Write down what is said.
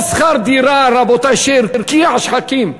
או שכר דירה, רבותי, שהרקיע שחקים.